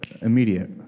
immediate